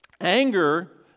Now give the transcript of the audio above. anger